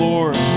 Lord